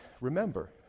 remember